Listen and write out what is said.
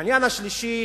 העניין השלישי